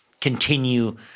continue